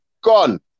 gone